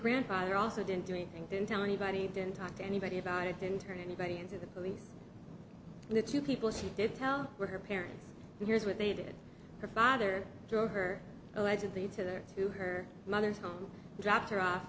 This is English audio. grandfather also didn't do anything didn't tell anybody didn't talk to anybody about it didn't turn anybody into the police the two people she did tell were her parents and here's what they did her father drove her allegedly to the to her mother's home dropped her off